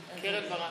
נתקבלה.